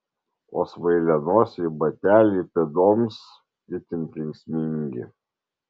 o smailianosiai bateliai pėdoms itin kenksmingi